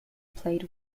played